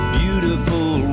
beautiful